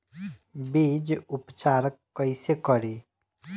बीज उपचार कईसे करी?